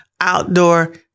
outdoor